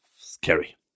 scary